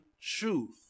truth